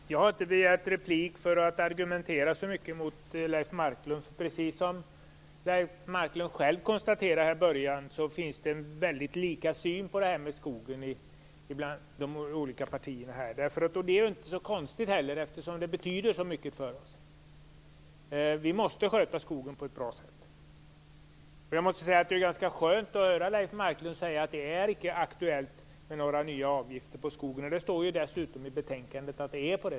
Herr talman! Jag har inte begärt replik för att argumentera så mycket mot Leif Marklund. Precis som han själv konstaterade i början har de olika partierna en likartad uppfattning på skogen. Det är inte så konstigt eftersom den betyder så mycket för oss. Vi måste sköta skogen på ett bra sätt. Jag måste säga att det är ganska skönt att höra Leif Marklund säga att det icke är aktuellt med några nya avgifter på skogen. Det står dessutom i betänkandet att det är så.